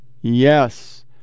Yes